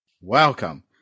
Welcome